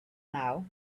now